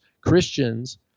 Christians